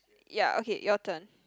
ya okay your turn